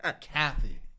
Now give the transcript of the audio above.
Kathy